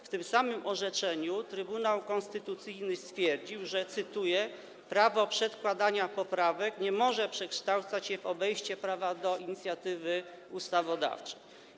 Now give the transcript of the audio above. W tym samym orzeczeniu Trybunał Konstytucyjny stwierdził - cytuję - że prawo przedkładania poprawek nie może przekształcać się w obejście prawa do inicjatywy ustawodawczej.